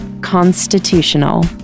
Constitutional